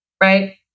right